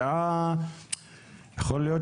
יכול להיות